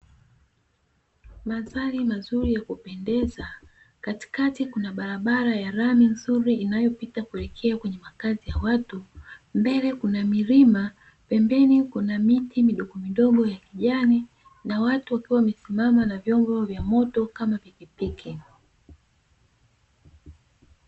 Mandhari mazuri ya kupendeza; katikati kuna barabara ya lami nzuri inayopita kuelekea kwenye makazi ya watu, mbele kuna milima, pembeni kuna miti midogo midogo ya kijani, na watu wakiwa wamesimama na vyombo vya moto kama vile pikipiki.